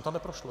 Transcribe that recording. To neprošlo.